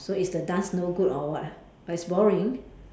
so is the dance no good or what oh it's boring